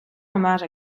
hommage